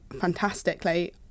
fantastically